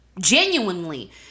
genuinely